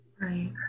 Right